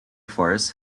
force